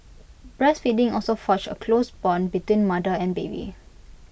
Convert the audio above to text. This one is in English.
breastfeeding also forges A close Bond between mother and baby